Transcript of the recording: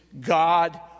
God